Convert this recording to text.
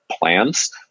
plans